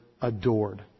adored